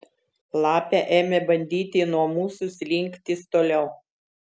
lapė ėmė bandyti nuo mūsų slinktis toliau